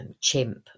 chimp